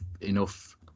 enough